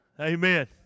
Amen